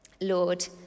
Lord